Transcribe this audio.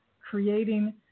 creating